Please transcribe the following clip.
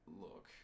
Look